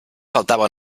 faltava